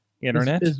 internet